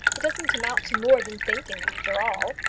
it doesn't amount to more than thinking after all.